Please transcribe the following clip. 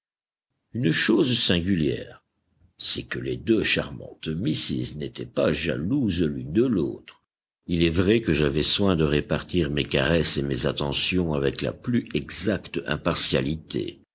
une chose singulière c'est que les deux charmantes misses n'étaient pas jalouses l'une de l'autre il est vrai que j'avais soin de répartir mes caresses et mes attentions avec la plus exacte impartialité